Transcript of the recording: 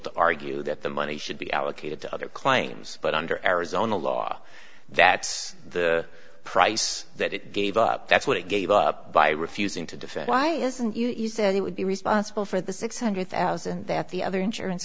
to argue that the money should be allocated to other claims but under arizona law that the price that it gave up that's what it gave up by refusing to defend why isn't you said it would be responsible for the six hundred thousand that the other insurance